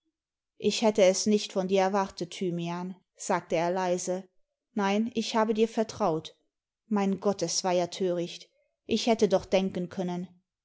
ich hätte es nicht von dir erwartet thymian sagte er leise nein ich habe dir vertraut mein gott es war ja töricht ich hätte doch denken können